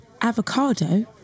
avocado